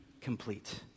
complete